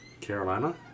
Carolina